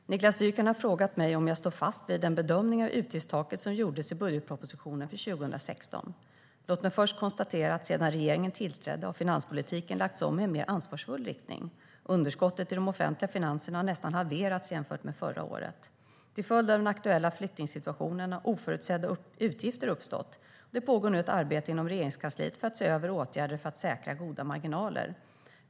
Herr talman! Niklas Wykman har frågat mig om jag står fast vid den bedömning av utgiftstaket som gjordes i budgetpropositionen för 2016. Låt mig först konstatera att sedan regeringen tillträdde har finanspolitiken lagts om i en mer ansvarsfull riktning. Underskottet i de offentliga finanserna har nästan halverats jämfört med förra året. Till följd av den aktuella flyktingsituationen har oförutsedda utgifter uppstått. Det pågår nu ett arbete inom Regeringskansliet för att se över åtgärder för att säkra goda marginaler.